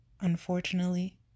unfortunately